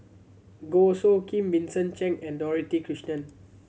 Goh Soo Khim Vincent Cheng and Dorothy Krishnan